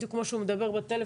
בדיוק כמו שהוא מדבר בטלפון,